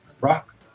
Rock